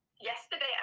Yesterday